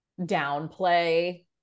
downplay